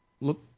look